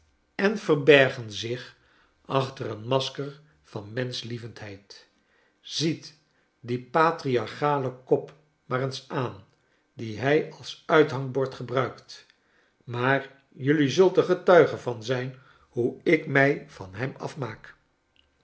en verbergen zich achter een masker van menschlievendheid ziet dien patriarchalen kop maar eens aan dien hij als uithangbord gebruikt maar jullie zult er getuige van zijn hoe ik mrj van hem afmaak